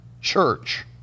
church